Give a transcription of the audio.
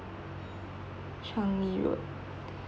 changi road